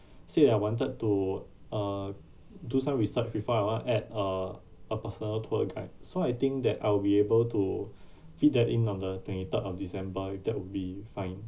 said that I wanted to uh do some research before I wanna add uh a personal tour guide so I think that I'll be able to fit that in on the twenty third of december if that would be fine